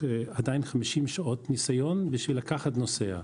עדיין 50 שעות ניסיון בשביל לקחת נוסע.